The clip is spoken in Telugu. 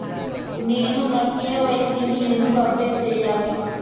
నేను నా కె.వై.సి ని ఎందుకు అప్డేట్ చెయ్యాలి?